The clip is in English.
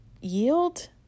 yield